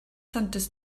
santes